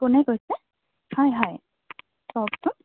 কোনে কৈছে হয় হয় কওকচোন